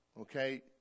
Okay